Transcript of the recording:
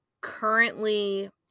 currently